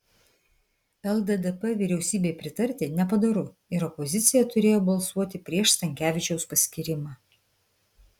lddp vyriausybei pritarti nepadoru ir opozicija turėjo balsuoti prieš stankevičiaus paskyrimą